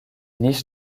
niche